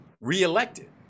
reelected